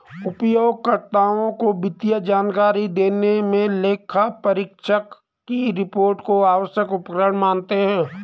उपयोगकर्ताओं को वित्तीय जानकारी देने मे लेखापरीक्षक की रिपोर्ट को आवश्यक उपकरण मानते हैं